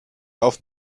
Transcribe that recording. auf